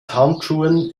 handschuhen